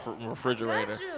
refrigerator